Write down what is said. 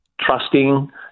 trusting